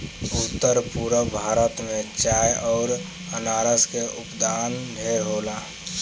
उत्तर पूरब भारत में चाय अउर अनारस के उत्पाद ढेरे होला